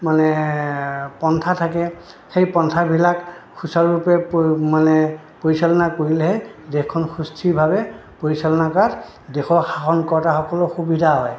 মানে পন্থা থাকে সেই পন্থাবিলাক সুচাৰুৰূপে মানে পৰিচালনা কৰিলেহে দেশখন সুস্থিৰভাৱে পৰিচালনা কৰাত দেশৰ শাসন কৰোঁতাসকলৰ সুবিধা হয়